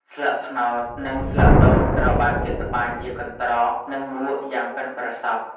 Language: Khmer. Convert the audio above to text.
ស្លឹកត្នោត និងស្លឹកដូងត្រូវបានគេត្បាញជាកន្ត្រក និងមួកយ៉ាងប៉ិនប្រសប់។